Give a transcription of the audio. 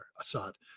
Assad